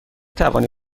توانی